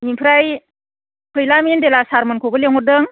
आमफ्राय फैला मेन्देला सारमोनखौबो लेंहरदों